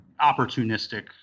opportunistic